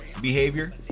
Behavior